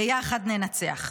ביחד ננצח.